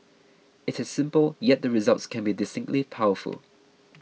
it is simple yet the results can be distinctly powerful